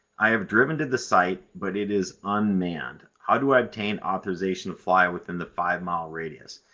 i have driven to the site, but it is unmanned. how do i obtain authorization to fly within the five mile radius?